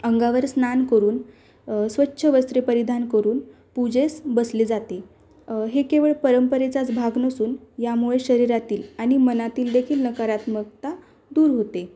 अंगावर स्नान करून स्वच्छ वस्त्रे परिधान करून पूजेस बसले जाते हे केवळ परंपरेचाच भाग नसून यामुळे शरीरातील आणि मनातील देखील नकारात्मकता दूर होते